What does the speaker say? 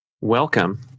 Welcome